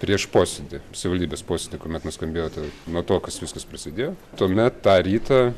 prieš posėdį savivaldybės posėdį kuomet nuskambėjo tai nuo to kas viskas prasidėjo tuomet tą rytą